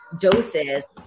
doses